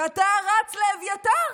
ואתה רץ לאביתר.